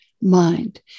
mind